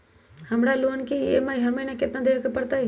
हमरा लोन के ई.एम.आई हर महिना केतना देबे के परतई?